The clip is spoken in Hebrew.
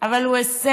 אבל הוא הישג